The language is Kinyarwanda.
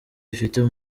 ifitiye